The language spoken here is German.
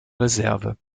reserve